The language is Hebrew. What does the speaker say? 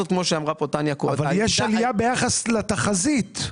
אבל יש עלייה ביחס לתחזית.